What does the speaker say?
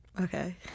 Okay